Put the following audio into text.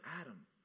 Adam